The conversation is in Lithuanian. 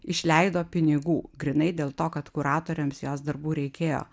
išleido pinigų grynai dėl to kad kuratoriams jos darbų reikėjo